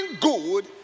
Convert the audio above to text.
good